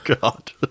God